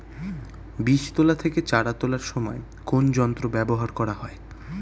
বীজ তোলা থেকে চারা তোলার সময় কোন যন্ত্র ব্যবহার করা হয়?